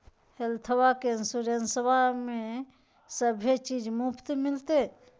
हेल्थबा के इंसोरेंसबा में सभे चीज मुफ्त मिलते?